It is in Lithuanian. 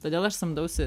todėl aš samdausi